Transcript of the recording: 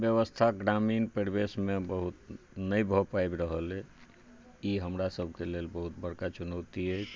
व्यवस्था ग्रामीण परिवेशमे बहुत नहि भऽ पाबि रहल अछि ई हमरा सभके लेल बहुत बड़का चुनौती अछि